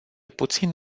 puțin